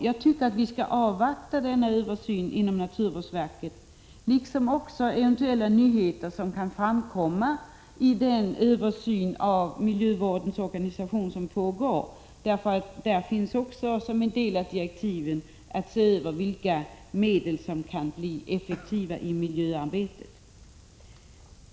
Jag tycker att vi skall avvakta resultatet av denna översyn inom naturvårdsverket, liksom eventuella nyheter som kan framkomma i den översyn av miljövårdens organisation som pågår — den har enligt sina direktiv också att se över vilka medel som kan bli effektiva i miljöarbetet.